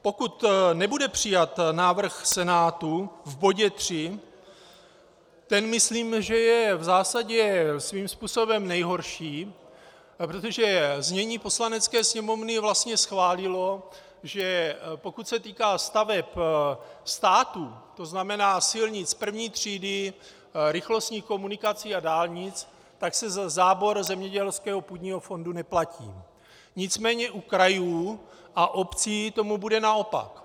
Pokud nebude přijat návrh Senátu v bodě 3, ten myslím, že je v zásadě svým způsobem nejhorší, protože znění Poslanecké sněmovny vlastně schválilo, že pokud se týká staveb státu, to znamená silnic I. třídy, rychlostních komunikací a dálnic, tak se za zábor zemědělského půdního fondu neplatí, nicméně u krajů a obcí tomu bude naopak.